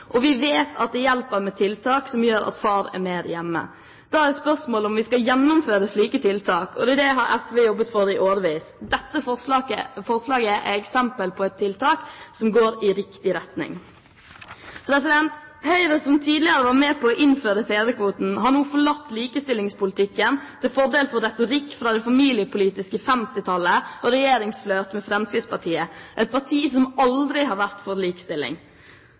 Og vi vet at det hjelper med tiltak som gjør at far er mer hjemme. Da er spørsmålet om vi skal gjennomføre slike tiltak. Det har SV jobbet for i årevis. Dette forslaget er et eksempel på tiltak som går i riktig retning. Høyre, som tidligere var med på å innføre fedrekvoten, har nå forlatt likestillingspolitikken til fordel for retorikk fra det familiepolitiske 1950-tallet og regjeringsflørt med Fremskrittspartiet – et parti som aldri har vært for likestilling.